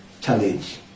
challenge